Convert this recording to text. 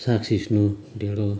साग सिस्नो ढेँडो